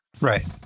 Right